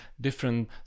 different